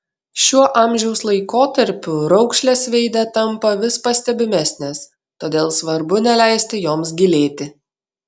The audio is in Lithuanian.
šiuo amžiaus laikotarpiu raukšlės veide tampa vis pastebimesnės todėl svarbu neleisti joms gilėti